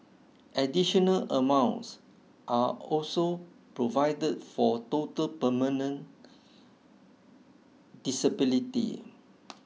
additional amounts are also provided for total permanent disability